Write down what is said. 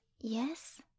Yes